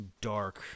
Dark